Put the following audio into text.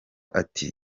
ati